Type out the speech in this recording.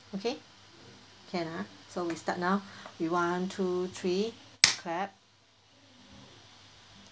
okay can ah so we start now we one two three clap